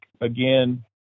again